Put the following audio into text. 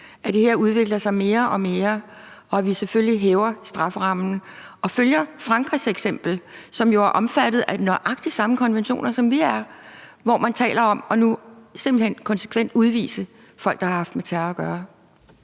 at det her udvikler sig mere og mere, og at vi selvfølgelig hæver strafferammen og følger Frankrigs eksempel, som jo er omfattet af nøjagtig samme konventioner, som vi er, hvor man taler om nu simpelt hen konsekvent at udvise folk, der har haft med terror at gøre.